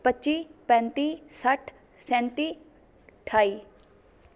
ਪੱਚੀ ਪੈਂਤੀ ਸੱਠ ਸੈਂਤੀ ਅਠਾਈ